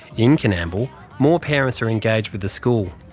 in coonamble more parents are engaged with the school.